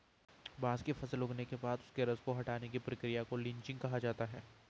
बांस की फसल उगने के बाद उसके रस को हटाने की प्रक्रिया को लीचिंग कहा जाता है